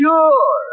Sure